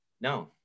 No